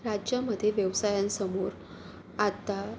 राज्यामध्ये व्यवसायांसमोर आता